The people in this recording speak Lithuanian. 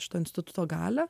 šito instituto galią